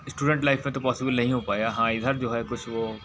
student life में तो possible नहीं हो पाया हाँ इधर जो है कुछ वह